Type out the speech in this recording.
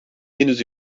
henüz